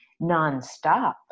nonstop